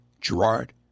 Gerard